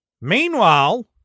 Meanwhile